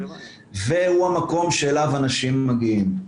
והוא המקום שאליו אנשים מגיעים.